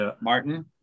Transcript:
Martin